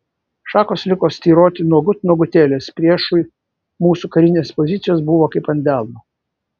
šakos liko styroti nuogut nuogutėlės priešui mūsų karinės pozicijos buvo kaip ant delno